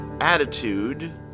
attitude